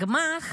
גמ"ח